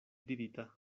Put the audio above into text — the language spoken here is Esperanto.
dirita